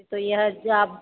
ये तो यह जब